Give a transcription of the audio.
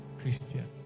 Christian